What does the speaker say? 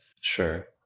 Sure